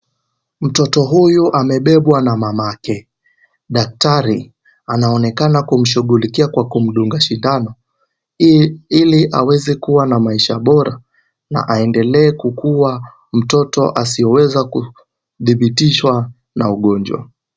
Mtoto huyu amebebwa na mamake. Daktari anaonekana kumshughulikia kwa kumdunga shindano, ili aweze kuwa na maisha bora na aweze kukua mtoto asiyeweza kudhibitishwa na ugonjwa.